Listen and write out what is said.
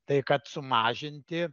tai kad sumažinti